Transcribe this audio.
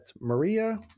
Maria